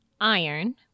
iron